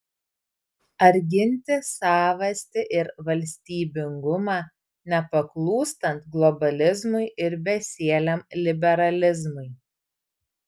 ar ginti savastį ir valstybingumą nepaklūstant globalizmui ir besieliam liberalizmui